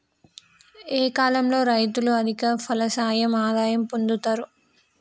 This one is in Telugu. ఏ కాలం లో రైతులు అధిక ఫలసాయం ఆదాయం పొందుతరు?